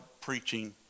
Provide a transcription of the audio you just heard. preaching